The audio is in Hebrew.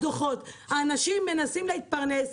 הדוחות אנשים מנסים להתפרנס,